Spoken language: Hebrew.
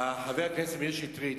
חבר הכנסת מאיר שטרית,